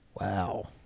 Wow